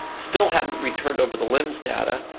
still hadn't returned over the lims data,